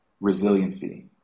resiliency